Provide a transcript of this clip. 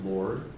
Lord